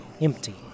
empty